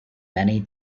many